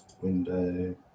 window